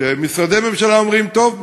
שמשרדי ממשלה אומרים: טוב,